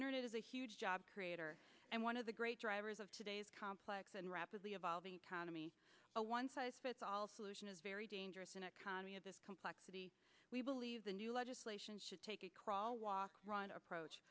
internet is a huge job creator and one of the great drivers of today's complex and rapidly evolving tanami a one size fits all solution is very dangerous an economy of this complexity we believe the new legislation should take a crawl walk run approach